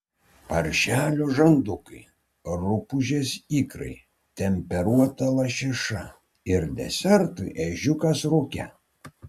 paršelio žandukai rupūžės ikrai temperuota lašiša ir desertui ežiukas rūke